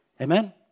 Amen